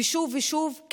ושוב ושוב,